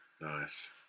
nice